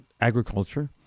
agriculture